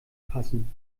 passen